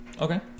Okay